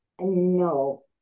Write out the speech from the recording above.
no